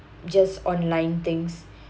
just online things